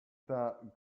that